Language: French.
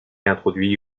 introduit